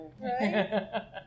Right